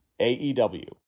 AEW